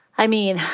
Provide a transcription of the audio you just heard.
i mean,